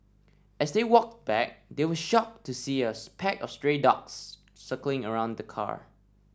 as they walked back they were shocked to see a pack of stray dogs circling around the car